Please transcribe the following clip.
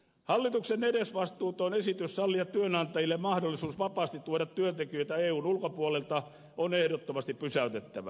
hallituksen edesvastuuton esitys sallia työnantajille mahdollisuus vapaasti tuoda työntekijöitä eun ulkopuolelta on ehdottomasti pysäytettävä